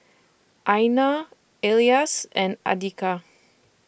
Aina Elyas and Andika